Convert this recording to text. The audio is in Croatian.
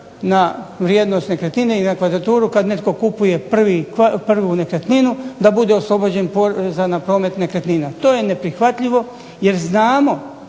na vrijednost nekretnine i na kvadraturu kad netko kupuje prvu nekretninu da bude oslobođen poreza na promet nekretnina. To je neprihvatljivo jer znamo